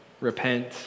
repent